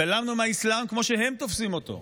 התעלמנו מהאסלאם כמו שהם תופסים אותו,